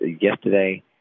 yesterday